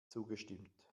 zugestimmt